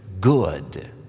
good